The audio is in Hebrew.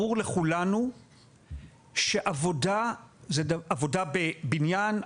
ברור לכולנו שעבודה בבניין,